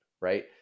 right